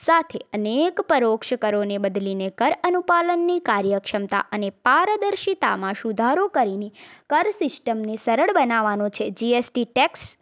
સાથે અનેક પરોક્ષ કરોને બદલીને કર અનુપાલનની કાર્યક્ષમતા અને પારદર્શિતામાં સુધારો કરીને કર સિસ્ટમને સરળ બનાવાનો છે જી એસ ટી ટેક્સ